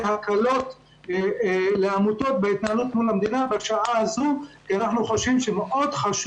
הקלות לעמותות בהתנהלות מול המדינה בשעה הזאת כי מאוד חשוב